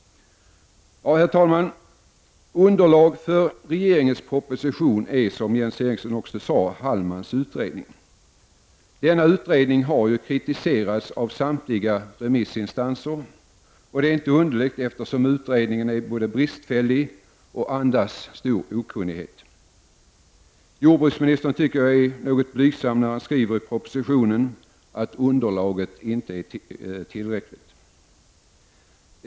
Herr talman! Underlaget för regeringens proposition är, som Jens Eriksson också sade, Hallmans utredning. Denna utredning har kritiserats av samtliga remissinstanser. Det är inte underligt, eftersom utredningen är både bristfällig och gjord i en anda som tyder på stor okunnighet. Jordbruksministern är något blygsam när han skriver i propositionen att ”underlaget inte är tillräckligt”.